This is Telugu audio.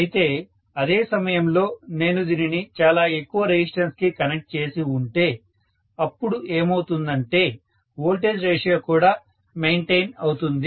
అయితే అదే సమయంలో నేను దీనిని చాలా ఎక్కువ రెసిస్టెన్స్ కి కనెక్ట్ చేసి ఉంటే అపుడు ఏమవుతుందంటే వోల్టేజ్ రేషియో కూడా మెయింటైన్ అవుతుంది